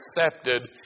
accepted